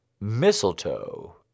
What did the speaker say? Mistletoe